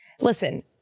Listen